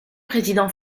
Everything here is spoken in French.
président